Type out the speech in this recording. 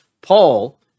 Paul